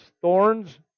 thorns